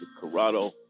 Corrado